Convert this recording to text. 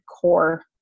core